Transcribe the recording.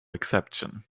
exception